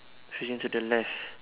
facing to the left